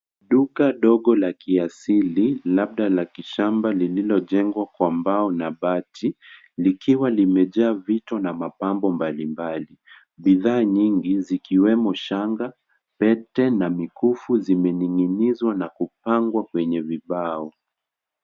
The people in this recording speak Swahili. Duka ndogo la kiasili labda la kishamba lililojengwa kwa mbao na bati likiwa limejaa vito na mapambo mbalimbali. Bidhaa nyingi zikiwemo shanga, pete na mikufu zimening'inizwa na kupangwa kwenye vibao.